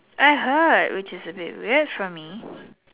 I heard which is a bit weird for me